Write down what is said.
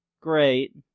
Great